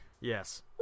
Yes